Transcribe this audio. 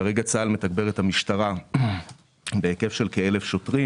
כרגע צה"ל מתגבר את המשטרה בהיקף של כאלף שוטרים.